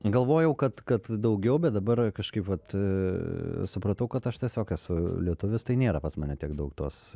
galvojau kad kad daugiau bet dabar kažkaip vat supratau kad aš tiesiog esu lietuvis tai nėra pas mane tiek daug tos